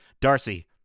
Darcy